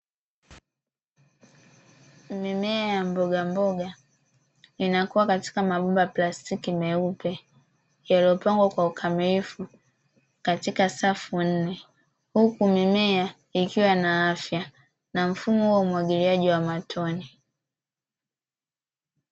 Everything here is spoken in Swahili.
Mimea ya mbogamboga inakuwa katika mabomba ya plastiki meupe, yaliyopangwa kwa ukamilifu katika safu nne, huku mimea ikiwa ina afya na mfumo wa umwagiliaji wa matone.